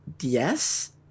yes